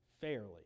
fairly